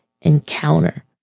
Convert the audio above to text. encounter